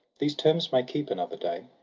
these terms may keep another day.